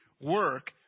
work